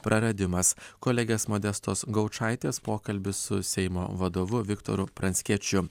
praradimas kolegės modestos gaučaitės pokalbis su seimo vadovu viktoru pranckiečiu